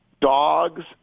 dogs